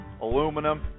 aluminum